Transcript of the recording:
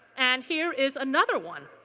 and here is another one.